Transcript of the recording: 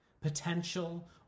potential